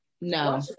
No